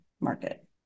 market